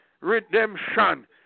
redemption